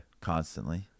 Constantly